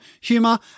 humor